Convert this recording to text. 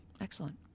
Excellent